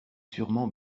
sûrement